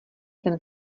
ten